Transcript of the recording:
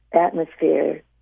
atmosphere